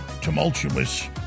tumultuous